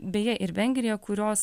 beje ir vengrija kurios